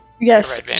Yes